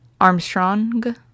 Armstrong